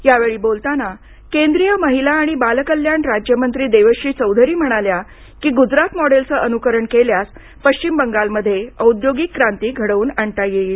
या वेळी बोलताना केंद्रीय महिला आणि बालकल्याण राज्यमंत्री देवश्री चौधरी म्हणाल्या की गुजरात मॉडेलचे अनुसरण केल्यास पश्चिम बंगालमध्ये औद्योगिक क्रांती घडवून आणता येईल